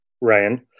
Ryan